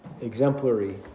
exemplary